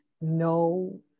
No